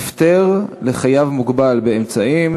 הפטר לחייב מוגבל באמצעים),